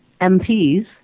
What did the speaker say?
MPs